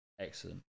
Excellent